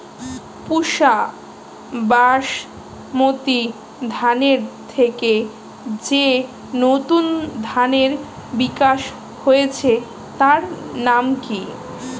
পুসা বাসমতি ধানের থেকে যে নতুন ধানের বিকাশ হয়েছে তার নাম কি?